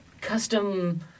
custom